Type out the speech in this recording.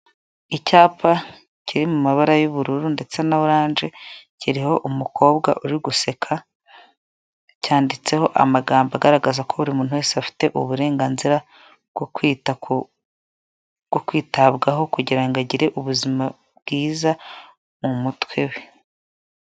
Icyapa kiri mu mabara y'ubururu ndetse na oranje, kiriho umukobwa uri guseka, cyanditseho amagambo agaragaza ko buri muntu wese afite uburenganzira, bwo kwita ku... bwo kwitabwaho kugira ngo agire ubuzima bwiza mu mutwe we.